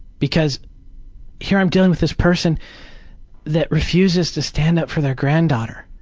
because here i'm dealing with this person that refuses to stand up for their granddaughter,